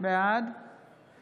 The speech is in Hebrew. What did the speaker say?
בעד